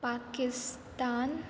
Pakistan